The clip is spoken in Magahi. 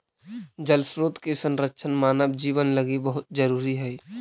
जल स्रोत के संरक्षण मानव जीवन लगी बहुत जरूरी हई